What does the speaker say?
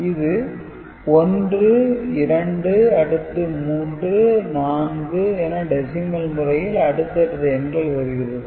இது 1 2 அடுத்து 3 4 என டெசிமல் முறையில் அடுத்தடுத்த எண்கள் வருகிறது